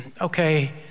okay